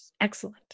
excellent